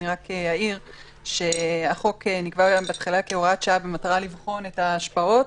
רק אעיר שהחוק נקבע בהתחלה כהוראת שעה במטרה לבחון את ההשפעות.